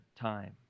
time